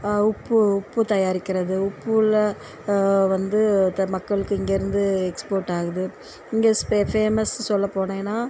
உப்பு உப்பு தயாரிக்கிறது உப்பில் வந்து த மக்களுக்கு இங்கே இருந்து எக்ஸ்போர்ட் ஆகுது இங்கே ஃபேமஸுன்னு சொல்லபோனேனால்